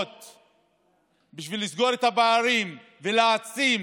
בשביל לסגור את הפערים ולהעצים